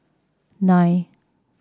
nine